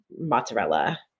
mozzarella